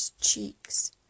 cheeks